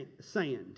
sand